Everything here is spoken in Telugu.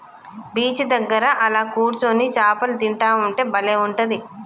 బీచ్ దగ్గర అలా కూర్చొని చాపలు తింటా ఉంటే బలే ఉంటది